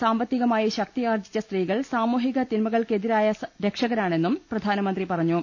സാമ്പത്തികമായി ശക്തിയാർജ്ജിച്ച സ്ത്രീകൾ സാമൂഹിക തിന്മകൾക്കെതിരായ രക്ഷകരാണെന്നും പ്രധാനമന്ത്രി പറഞ്ഞു